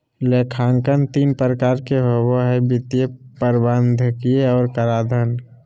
लेखांकन तीन प्रकार के होबो हइ वित्तीय, प्रबंधकीय और कराधान